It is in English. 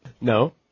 No